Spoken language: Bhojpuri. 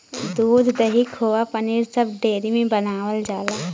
दूध, दही, खोवा पनीर सब डेयरी में बनावल जाला